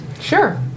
Sure